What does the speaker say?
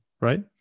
right